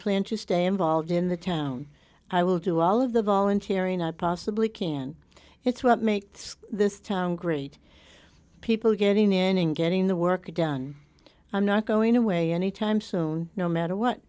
plan to stay involved in the town i will do all of the volunteering i possibly can it's what makes this town great people getting in and getting the work done i'm not going away anytime soon no matter what